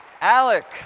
Alec